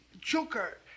Joker